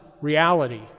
reality